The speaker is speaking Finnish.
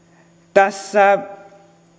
tässä